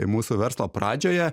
mūsų verslo pradžioje